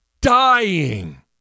dying